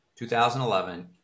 2011